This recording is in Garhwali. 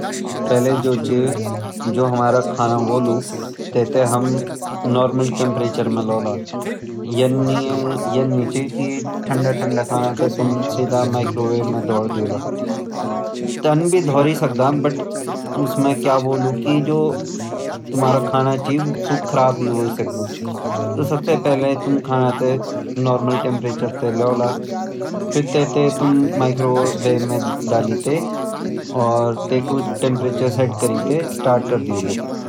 पहले जो छ जु हमारा खाना होलु तै थैं हम नार्मल टैम्परेचर म लैला यन नी छ कि ठण्डा ठण्डा खाना तै तुम सीधा माइक्रोवेब म धरी द्योला तन भी धरी सकद पर उसमें क्या बोलू कि जो तुम्हारा खाना छ सु खराब भी होए सकद। सबसे पहले तुम खाना तै नार्मल टैम्परेचर तै ल्योला फिर तै थै तुम मइक्रोवेब म डाली तै और तै कु टैम्परेचर सेट कर द्योलु।